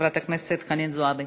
חברת הכנסת חנין זועבי.